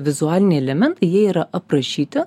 vizualiniai elementai jie yra aprašyti